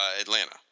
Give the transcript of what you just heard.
Atlanta